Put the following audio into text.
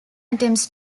attempts